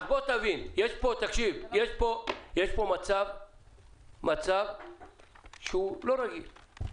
יש פה מצב לא רגיל.